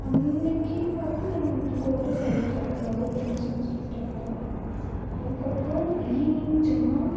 அன்றைக்கின்னு பார்த்து நாங்கள் வந்து ஃபோட்டோஸ் எடுக்கல ஏதோ ஒரு டென்ஷனில் சுற்றிட்டு அலைஞ்சோம் அதுக்கப்பறம் ஈவினிங் சும்மா